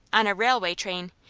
on a railway train,